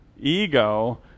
ego